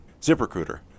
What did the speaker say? ZipRecruiter